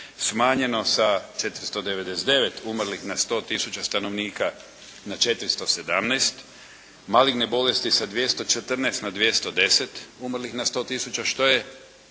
smanjeno sa 499 umrlih na 100 tisuća stanovnika na 417. Maligne bolesti sa 214 na 210 umrlih na 100 tisuća što je